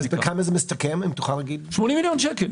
זה מסתכם ב-80 מיליון שקל.